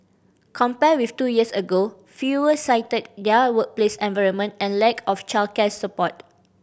compared with two years ago fewer cited their workplace environment and lack of childcare support